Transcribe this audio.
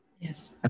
Yes